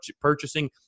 purchasing